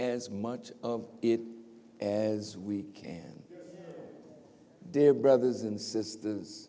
as much of it as we can their brothers and sisters